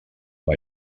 una